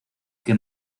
que